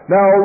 Now